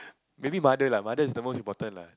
maybe mother lah mother is the most important lah